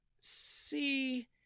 See